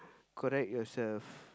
correct yourself